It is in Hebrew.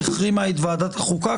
החרימה את ועדת החוקה,